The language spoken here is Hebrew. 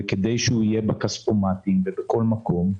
כדי שהוא יהיה בכספומטים ובכל מקום,